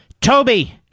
Toby